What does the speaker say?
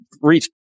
reach